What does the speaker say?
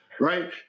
Right